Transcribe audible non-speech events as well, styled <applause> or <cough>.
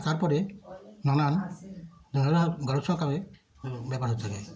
তার পরে নানান <unintelligible> ভারত সরকারের <unintelligible> ব্যাপার হতে যায়